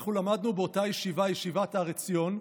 אנחנו למדנו באותה ישיבה, ישיבת הר עציון,